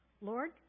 Lord